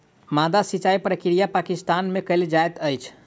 माद्दा सिचाई प्रक्रिया पाकिस्तान में कयल जाइत अछि